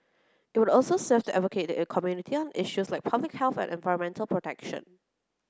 it will also serve to advocate the community on issues like public health and environmental protection